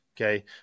okay